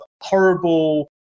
horrible